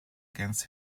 against